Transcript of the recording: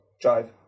Drive